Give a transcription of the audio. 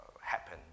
happen